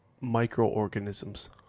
Microorganisms